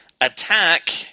attack